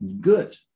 good